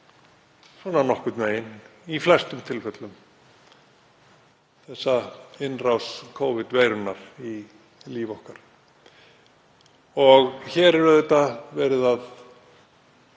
svona nokkurn veginn í flestum tilfellum, þessa innrás Covid-veirunnar í líf okkar. Hér er auðvitað verið að